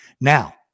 Now